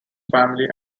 family